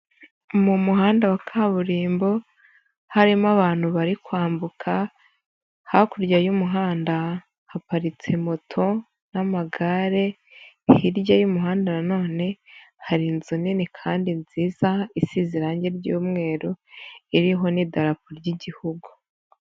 Mu muhanda wa kaburimbo, harimo abantu bari kwambuka, hakurya y'umuhanda haparitse moto n'amagare, hirya y'umuhanda nanone hari inzu nini kandi nziza, isi ziranranye ry'umweru, iriho n'idarapo ry'igihugu.